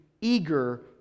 eager